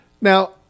Now